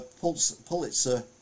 Pulitzer